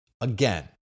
again